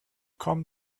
come